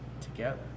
together